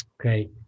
Okay